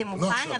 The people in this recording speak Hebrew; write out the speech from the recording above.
זה מוכן,